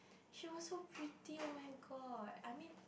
she was so pretty oh-my-god I mean